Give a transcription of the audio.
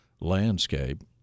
landscape